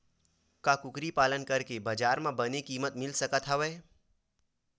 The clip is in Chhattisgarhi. का कुकरी पालन करके बजार म बने किमत मिल सकत हवय?